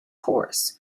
horse